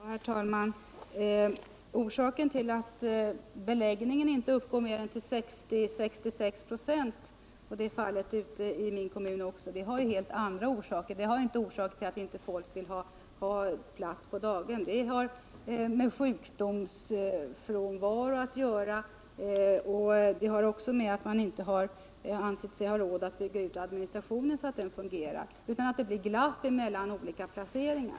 Herr talman! Orsaken till att beläggningen inte uppgår till mer än 60—66 "., som är fallet också i min hemkommun, är ju en helt annan. Det beror inte på att folk inte vill ha plats på daghem, utan det har med sjukdomsfrånvaro att göra liksom med administration som man inte ansett sig ha råd att bygga ut så att den fungerar. Det blir då glapp mellan olika placeringar.